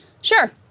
Sure